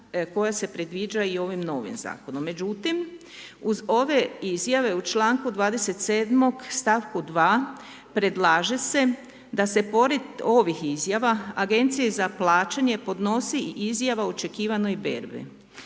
koja se predviđa i ovim novim zakonom, međutim uz ove izjave u članku 27 stavku 2 predlaže se da se pored ovih izjava agenciji za plaćanje podnosi i izjava o očekivanoj berbi.